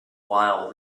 while